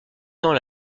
temps